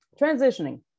transitioning